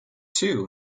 too